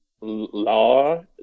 law